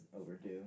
overdue